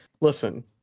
listen